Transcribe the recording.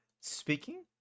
speaking